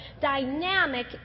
dynamic